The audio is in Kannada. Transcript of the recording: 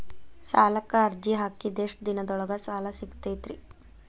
ಸಾಲಕ್ಕ ಅರ್ಜಿ ಹಾಕಿದ್ ಎಷ್ಟ ದಿನದೊಳಗ ಸಾಲ ಸಿಗತೈತ್ರಿ?